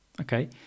Okay